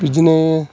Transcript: बिदिनो